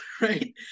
right